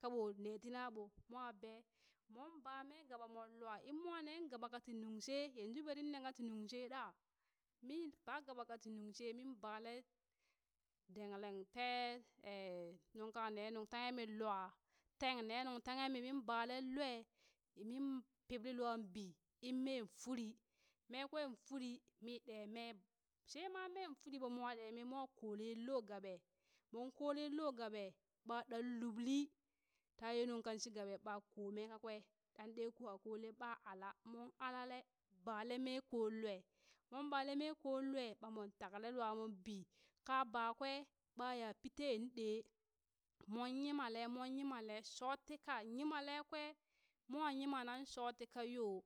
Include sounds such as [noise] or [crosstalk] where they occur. kaɓo nee tii naɓoh mwa bee mon ba mee gaɓa mon lua in moonee gaba katii nungshee, yanzu berin nee ka ti nunshee ɗaah, min baa gaɓa tii nungshee min balen dengleng tee [hesitation] nunka nee nuntanghe min lwaa teeng nee nunghe mi min balee lwaaa mii piplilwaa bii in mee firii. mee kwee firii mii ɗe mee shee ma meeŋ firii ɓoo mowa dee mee mwa koole loo gaɓa, moon koolee loo gaɓe ɓaa ɗan lubli taa ye nunkan shi gaɓe ɓah koo mee kakwee ɗan ɗee koo kole ɓaah ala mon alale ba lee mee koo lwe moon balee mee koo lwaa ɓaa mon taklee lwaa moon bii. ka ba kwee ɓaya pii tee ɗee moon yimale moon yimalee shootika yimalee kween mwa yimale nan shooti ka yoo